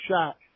shot